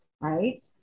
right